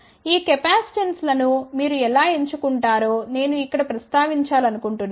ఈ కెపాసిటెన్స్లను మీరు ఎలా ఎంచుకుంటారో నేను ఇక్కడ ప్రస్తావించాలనుకుంటున్నాను